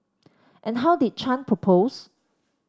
and how did Chan propose